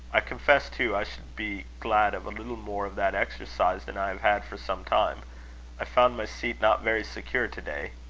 i confess, too, i should be glad of a little more of that exercise than i have had for some time i found my seat not very secure to-day.